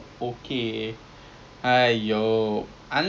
there also the vibes like very nice you know